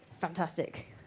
Fantastic